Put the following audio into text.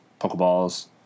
Pokeballs